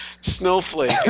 Snowflake